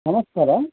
ನಮಸ್ಕಾರ